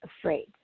afraid